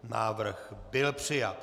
Návrh byl přijat.